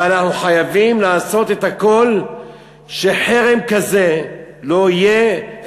ואנחנו חייבים לעשות הכול שחרם כזה לא יהיה,